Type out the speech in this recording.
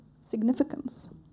significance